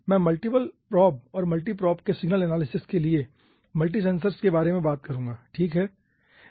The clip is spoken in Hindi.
मैं मल्टी प्रोब और मल्टीपल प्रोब के सिग्नल एनालिसिस के लिए मल्टी सेंसर्स के बारे में बात करूँगा ठीक है